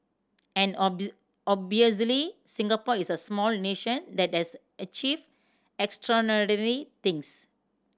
and obviously Singapore is a small nation that has achieved extraordinary things